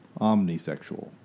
omnisexual